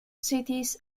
cities